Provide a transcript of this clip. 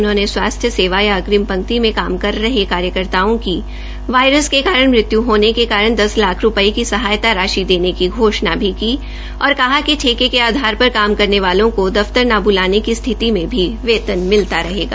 उन्होंने स्वास्थ्य सेवा या अग्रिम पंक्ति में काम कर रहे कार्यकर्ताओं की वायरस के कारण मृत्यु होने के कारण दस लाख रूपये की सहायता राशि देने की घोषणा भी की और कहा कि ठेके के आधार पर काम करने वालों को दफ्तर न ब्लाने की स्थिति में भी वेतन मिलता रहेगा